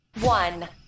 one